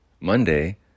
Monday